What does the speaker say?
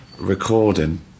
recording